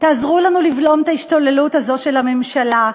עזרו לנו לבלום את ההשתוללות הזאת של הממשלה.